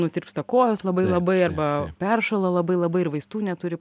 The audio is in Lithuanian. nutirpsta kojos labai labai arba peršąla labai labai ir vaistų neturi